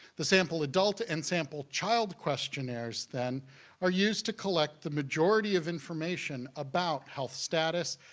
the sample adult and sample child questionnaires then are used to collect the majority of information about health status,